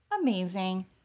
Amazing